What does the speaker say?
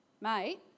mate